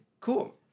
cool